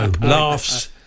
laughs